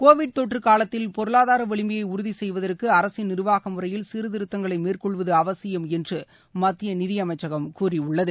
Covid தொற்று காலத்தில் பொருளாதார வலிமையை உறுதி செய்வதற்கு அரசின் நிர்வாக முறையில் சீர்திருத்தங்களை மேற்கொள்வது அவசியம் என்று மத்திய நிதி அமைச்சகம் கூறியுள்ளது